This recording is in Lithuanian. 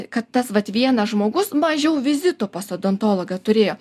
kad tas vat vienas žmogus mažiau vizitų pas odontologą turėjo